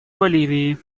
боливии